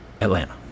Atlanta